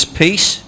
peace